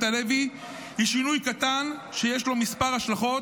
הלוי היא שינוי קטן שיש לו כמה השלכות: